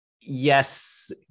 yes